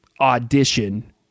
audition